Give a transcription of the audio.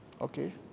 Okay